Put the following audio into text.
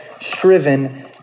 striven